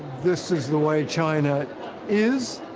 this is the way china is,